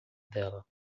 dela